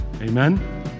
Amen